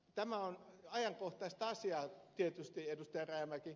tämä on ajankohtaista asiaa tietysti ed